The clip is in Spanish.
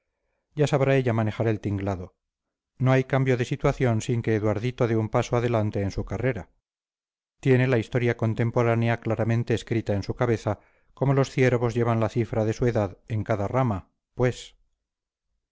ya sabrá ella manejar el tinglado no hay cambio de situación sin que eduardito dé un paso adelante en su carrera tiene la historia contemporánea claramente escrita en su cabeza como los ciervos llevan la cifra de su edad en cada rama pues